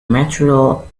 material